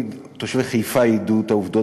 תושבי חיפה ידעו את העובדות,